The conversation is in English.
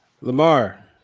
Lamar